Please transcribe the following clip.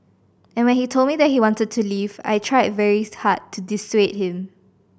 and when he told me that he wanted to leave I tried very hard to dissuade him